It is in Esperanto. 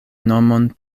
nomon